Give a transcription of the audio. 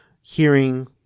hearing